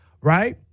Right